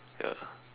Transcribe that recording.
ya